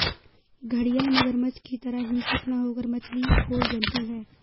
घड़ियाल मगरमच्छ की तरह हिंसक न होकर मछली खोर जंतु है